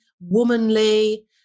womanly